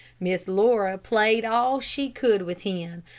miss laura played all she could with him,